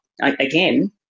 again